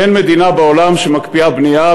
אין מדינה בעולם שמקפיאה בנייה,